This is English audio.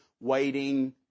waiting